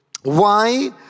Why